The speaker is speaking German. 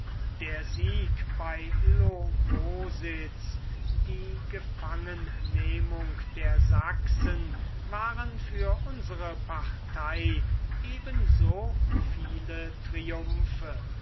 der sieg bei lowositz die gefangennehmung der sachsen waren für unsere partei ebenso viele triumphe